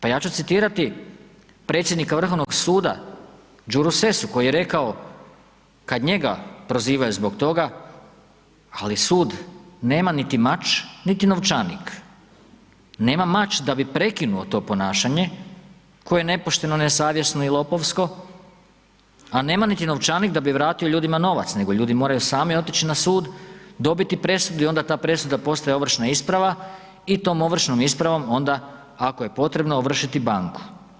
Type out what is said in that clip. Pa ja ću citirati predsjednika Vrhovnog suda Đuru Sessu koji je rekao kad njega prozivaju zbog toga, ali sud nema niti mač, niti novčanik, nema mač da bi prekinuo to ponašanje koje je nepošteno, nesavjesno i lopovsko, a nema niti novčanik da bi vratio ljudima novac, nego ljudi moraju sami otići na sud, dobiti presudu i onda ta presuda postaje ovršna isprava i tom ovršnom ispravom onda ako je potrebno ovršiti banku.